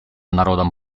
народам